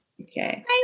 Okay